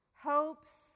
hopes